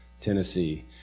Tennessee